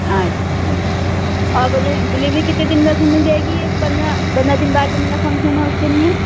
اچھا اور وہ جو ڈلیوری کتنے دن تک میں مل جائے گی یہ پندرہ پندرہ دن بعد جو میرا فنکشن ہے اس کے لیے